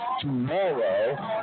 tomorrow